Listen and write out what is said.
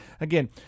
again